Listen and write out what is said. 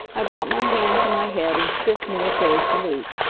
i brought my hand to my head in stiff military salute.